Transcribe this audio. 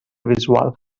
visual